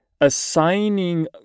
assigning